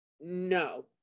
No